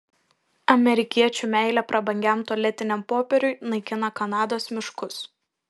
amerikiečių meilė prabangiam tualetiniam popieriui naikina kanados miškus